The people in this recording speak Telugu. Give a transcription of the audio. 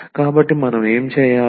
కాబట్టి మనం ఏమి చేయాలి